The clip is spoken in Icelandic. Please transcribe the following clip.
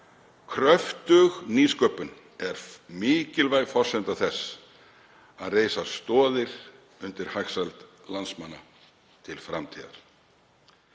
Kröftug nýsköpun er mikilvæg forsenda þess að reisa stoðir undir hagsæld landsmanna til framtíðar.